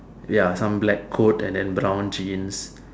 ya some black coat and then brown jeans